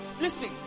listen